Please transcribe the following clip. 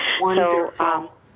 Wonderful